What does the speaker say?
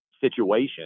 situation